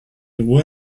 ruhr